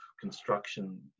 construction